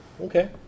Okay